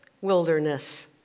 Wilderness